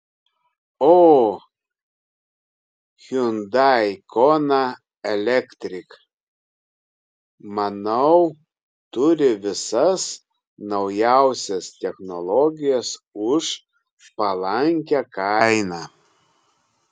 o hyundai kona electric manau turi visas naujausias technologijas už palankią kainą